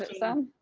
some?